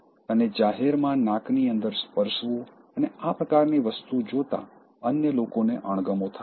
અને જાહેરમાં નાકની અંદર સ્પર્શવું અને આ પ્રકારની વસ્તુ જોતાં અન્ય લોકોને અણગમો થાય છે